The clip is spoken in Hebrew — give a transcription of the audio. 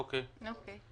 אוקיי.